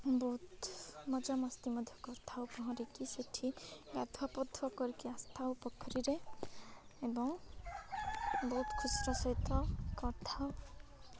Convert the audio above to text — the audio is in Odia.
ବହୁତ ମଜାମସ୍ତି ମଧ୍ୟ କରିଥାଉ ପହଁରିକି ସେଠି ଗାଧଉପାଧାଉ କରିକି ଆସିଥାଉ ପୋଖରୀରେ ଏବଂ ବହୁତ ଖୁସିର ସହିତ କରିଥାଉ